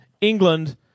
England